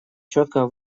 четко